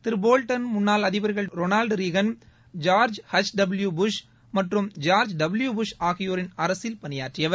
திரு Bolton முன்னாள் அதிபர்கள் Ronald Reagan George H W Bush மற்றறும் ஜார்ஜ் டபிள்யூ புஷ் ஆகியோரின் அரசில் பணியாற்றியவர்